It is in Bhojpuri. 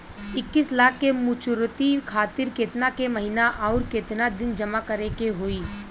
इक्कीस लाख के मचुरिती खातिर केतना के महीना आउरकेतना दिन जमा करे के होई?